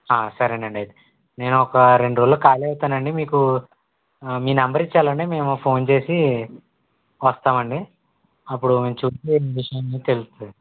సరేనండి అయితే నేను ఒక రెండు రోజుల్లో ఖాళీ అయితాను అండి మీకు మీ నెంబర్ ఇచ్చి వెళ్ళండి మేము ఫోన్ చేసి వస్తాం అండి అప్పుడు చూసి విషయం తెలుస్తుంది